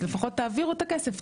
אז לפחות תעבירו את הכסף,